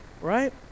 right